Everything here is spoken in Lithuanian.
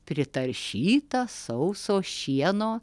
pritaršyta sauso šieno